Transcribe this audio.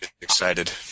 excited